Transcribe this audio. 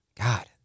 God